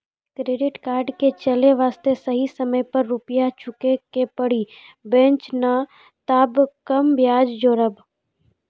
Credit card के चले वास्ते सही समय पर रुपिया चुके के पड़ी बेंच ने ताब कम ब्याज जोरब?